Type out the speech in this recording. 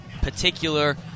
particular